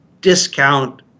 discount